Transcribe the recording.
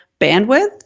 bandwidth